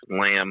Lamb